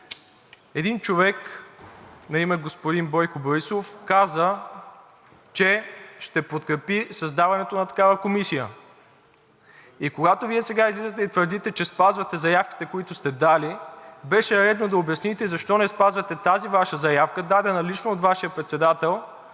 Един човек на име Бойко Борисов каза, че ще подкрепи създаването на такава комисия и когато Вие сега излизате и твърдите, че спазвате заявките, които сте дали, беше редно да обясните защо не спазвате тази Ваша заявка, дадена лично от Вашия председател